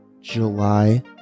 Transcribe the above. July